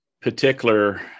particular